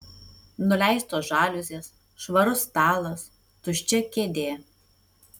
nuleistos žaliuzės švarus stalas tuščia kėdė